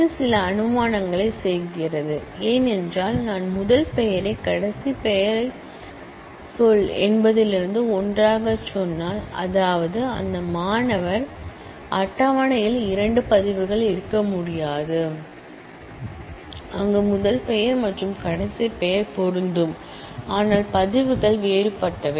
இது சில அனுமானங்களைச் செய்கிறது ஏனென்றால் நான் முதல் பெயரை கடைசி பெயரைச் சொல் என்பதிலிருந்து ஒன்றாகச் சொன்னால் அதாவது இந்த மாணவர் டேபிள் ல் இரண்டு ரோகள் இருக்க முடியாது அங்கு முதல் பெயர் மற்றும் கடைசி பெயர் பொருந்தும் ஆனால் ரோகள் வேறுபட்டவை